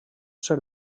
ser